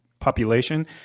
population